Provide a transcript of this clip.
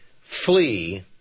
flee